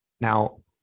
Now